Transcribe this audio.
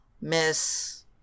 miss